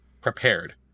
prepared